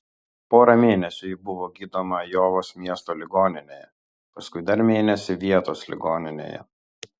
porą mėnesių ji buvo gydoma ajovos miesto ligoninėje paskui dar mėnesį vietos ligoninėje